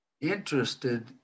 interested